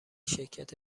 شرکت